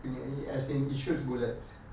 as in it shoots bullets